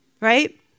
Right